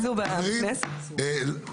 חברים,